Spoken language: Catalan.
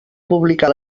publicar